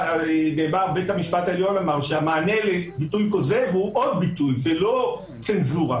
בית המשפט העליון אמר שהמענה לביטוי כוזב הוא עוד ביטוי ולא צנזורה.